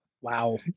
Wow